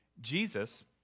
Jesus